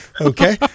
okay